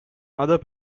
other